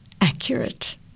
accurate